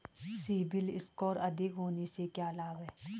CIBIL score अधिक होने से क्या लाभ हैं?